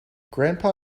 grandpa